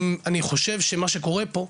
אני חושב שמה שקורה פה,